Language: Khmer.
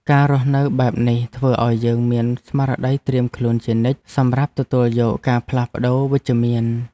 ការរស់នៅបែបនេះធ្វើឱ្យយើងមានស្មារតីត្រៀមខ្លួនជានិច្ច សម្រាប់ទទួលយកការផ្លាស់ប្តូរវិជ្ជមាន។